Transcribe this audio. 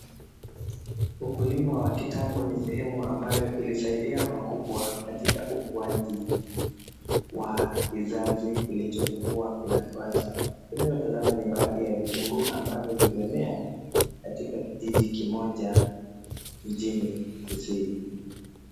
Ukulima wa kitambo ni sehemu ambayo ilisaidia pakubwa katika ukuaji wa kizazi kilichokua kinafuata. Tunavyotazama ni baadhi ya vitunguu, ambavyo vimemea katika kijiji kimoja mjini Kisii.